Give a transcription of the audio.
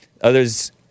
Others